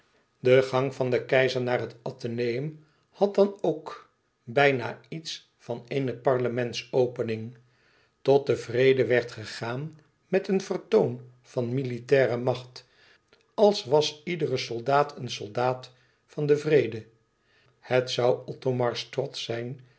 de gang van den keizer naar het atheneum had dan ook bijna iets van eene parlementsopening tot den vrede werd gegaan met een vertoon van militaire macht als was iedere soldaat een soldaat van den vrede het zoû othomars trots zijn